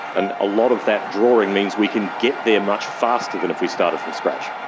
and a lot of that drawing means we can get there much faster than if we started from scratch.